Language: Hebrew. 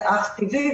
זה אך טבעי,